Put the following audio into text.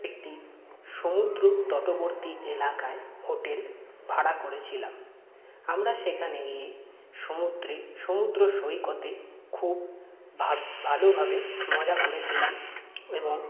একটি সমুদ্র তটবর্তী এলাকায় হোটেল ভাড়া করেছিলাম আমরা সেখানে গিয়ে সমুদ্রে সমুদ্র সৈকতে খুব ভালো ভালোভাবে মজা করেছিলাম এবং